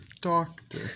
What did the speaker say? doctor